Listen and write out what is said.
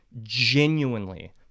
genuinely